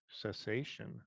cessation